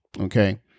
Okay